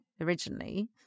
originally